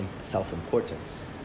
self-importance